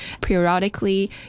periodically